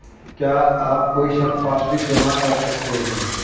क्या आप कोई संपार्श्विक जमा कर सकते हैं?